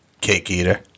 Cake-eater